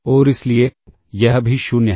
और इसलिए यह भी 0 है